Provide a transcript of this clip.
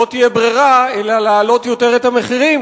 לא תהיה ברירה אלא להעלות יותר את המחירים,